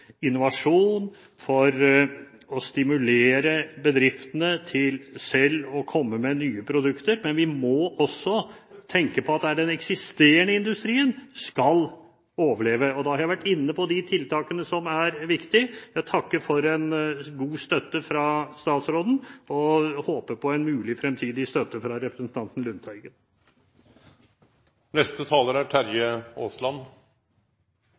innovasjon for å stimulere bedriftene til selv å komme med nye produkter, men vi må også tenke på at den eksisterende industrien skal overleve. Da har jeg vært inne på de tiltakene som er viktige. Jeg takker for god støtte fra statsråden og håper på mulig fremtidig støtte fra representanten Lundteigen. Med fare for å forskuttere noe av debatten som kommer i neste